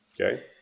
Okay